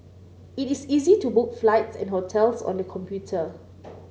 it is easy to book flights and hotels on the computer